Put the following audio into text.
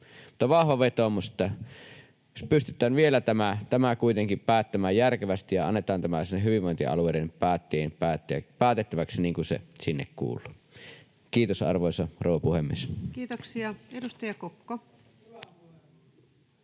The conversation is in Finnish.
vahva vetoomus, että jos pystytään vielä tämä kuitenkin päättämään järkevästi ja annetaan tämä sinne hyvinvointialueiden päättäjien päätettäväksi, niin kuin se sinne kuulu. — Kiitos, arvoisa rouva puhemies. Kiitoksia. — Edustaja Kokko. Kiitos, arvoisa